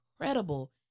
incredible